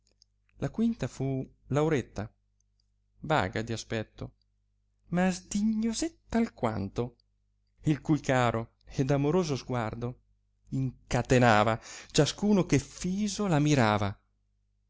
la quinta fu lauretta vaga di aspetto ma sdignosetta alquanto il cui caro ed amoroso sguardo incatenava ciascuno che fiso la mirava